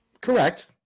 Correct